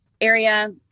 area